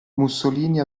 mussolini